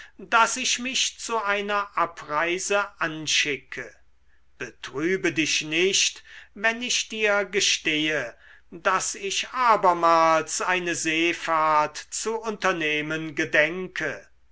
daß ich mich zu einer abreise anschicke betrübe dich nicht wenn ich dir gestehe daß ich abermals eine seefahrt zu unternehmen gedenke